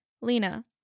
Lena